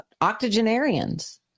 octogenarians